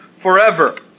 forever